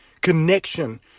connection